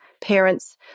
parents